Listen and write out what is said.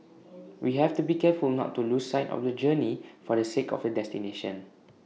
we have to be careful not to lose sight of the journey for the sake of the destination